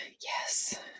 yes